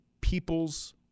people's